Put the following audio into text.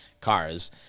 cars